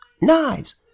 knives